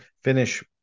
finish